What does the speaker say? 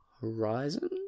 Horizon